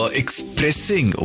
expressing